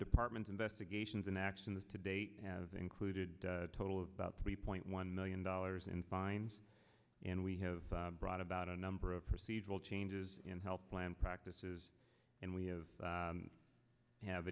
department investigations and actions to date have included a total of about three point one million dollars in fines and we have brought about a number of procedural changes in health plan practices and we have have